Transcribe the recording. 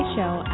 Show